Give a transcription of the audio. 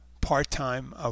part-time